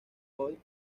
boy